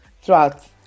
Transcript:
throughout